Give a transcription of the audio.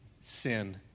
Sin